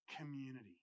community